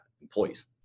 employees